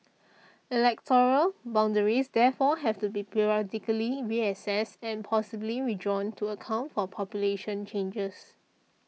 electoral boundaries therefore have to be periodically reassessed and possibly redrawn to account for population changes